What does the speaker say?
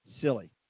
silly